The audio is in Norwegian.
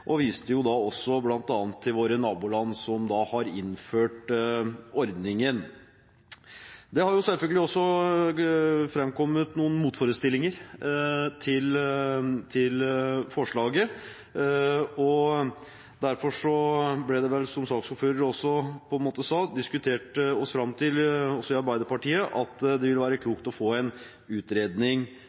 og viste bl.a. til våre naboland, som har innført ordningen. Det har selvfølgelig framkommet noen motforestillinger til forslaget, og derfor har vi – som saksordføreren på en måte sa – diskutert oss fram til, også i Arbeiderpartiet, at det ville være klokt å få en utredning